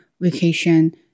vacation